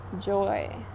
joy